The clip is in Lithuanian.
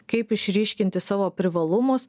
kaip išryškinti savo privalumus